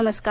नमस्कार